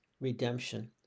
redemption